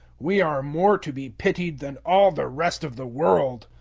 we are more to be pitied than all the rest of the world.